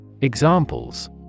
Examples